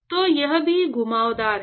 तो यह भी घुमावदार है